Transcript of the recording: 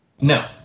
No